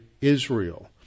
Israel